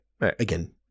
again